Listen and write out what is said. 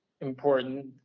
important